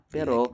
Pero